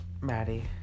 Maddie